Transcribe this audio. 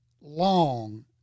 long